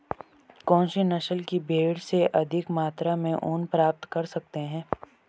कौनसी नस्ल की भेड़ से अधिक मात्रा में ऊन प्राप्त कर सकते हैं?